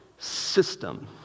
system